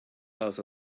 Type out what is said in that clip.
most